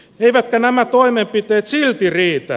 eivätkä nämä toimenpiteet silti riitä